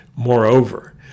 Moreover